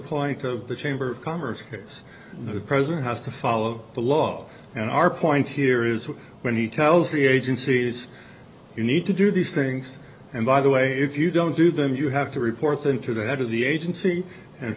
point of the chamber of commerce case the president has to follow the law and our point here is when he tells the agencies you need to do these things and by the way if you don't do them you have to report them to the head of the agency and